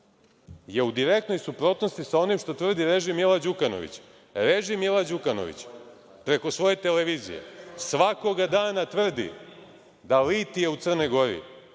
je u direktnoj suprotnosti sa onim što tvrdi režim Mila Đukanovića. Režim Mila Đukanovića, preko svoje televizije, svakoga dana tvrdi da litije u Crnoj Gori,